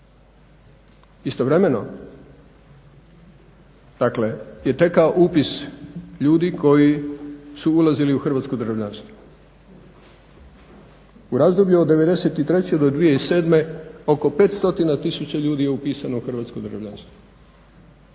Istovremeno, dakle je tekao upis ljudi koji su ulazili u hrvatsko državljanstvo. U razdoblju od 1993. do 2007. oko 5 stotina tisuća ljudi je upisano u hrvatsko državljanstvo.